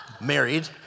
Married